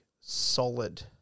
solid